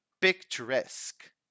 Picturesque